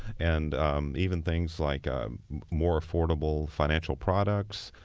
and even things like ah more affordable financial products,